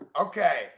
okay